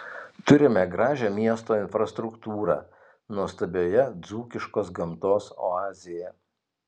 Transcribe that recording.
turime gražią miesto infrastruktūrą nuostabioje dzūkiškos gamtos oazėje